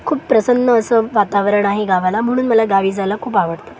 खूप प्रसन्न असं वातावरण आहे गावाला म्हणून मला गावी जायला खूप आवडतं